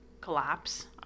collapse